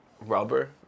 rubber